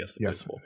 yes